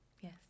yes